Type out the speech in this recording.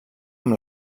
amb